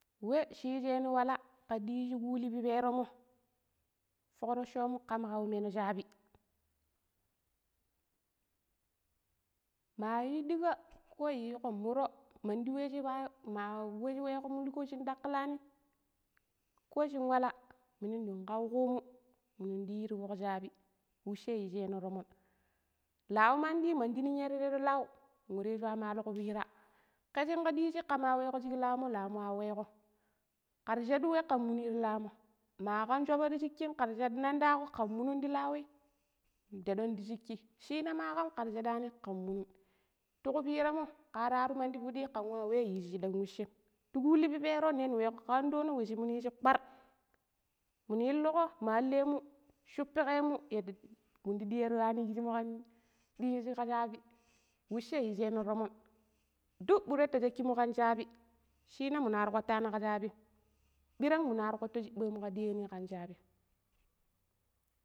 ﻿We shii yijeno wala ka ɗiiji kulli piperonmo fokroccomu kam kawu meno shaabi ma yu ɗiiga ko yiiko muro mandi we shi payo, ma we shi weƙo mulko shin daƙilani ko shin wala minudang ƙau kumu minun ɗiiyi tifok shaabi weshe yijemo tomon lau mandi mandi ninyai ta tado lau ware jua malo ku piira ƙe shinƙe ɗiiji kema weko shik lawumo lawumo a weƙom kara shadu we ƙan muni ti lawummo makan shoopa ti shikim ƙara shadu landa ƙo kan munun ti lawi ɗeɗon ti shikki shina ma kam kara shadani ƙan munun tuƙu piiranmo kara ro mandi fudi ƙan wa wei yiji washem ti ƙuli pipero ni weƙo ƙanɗono we shimunu yiiji ƙpar minu illuƙo ma alemu shupiƙemu yadda minda diyan ta ywani kijinmo ƙan ɗiji ƙa shaabi weshe yijeno tomon duk ɓure ti shaakimu ƙan shaabi shina minari kapattani ƙa shaabim ɓirang minari ƙpatto shubbom ƙa ɗiyani ƙn shaabima.